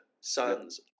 sons